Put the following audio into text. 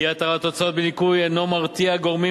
אי-התרת הוצאות בניכוי אינה מרתיעה גורמים